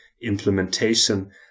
implementation